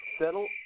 settle